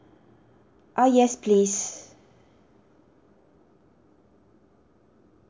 ah yes please